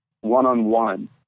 one-on-one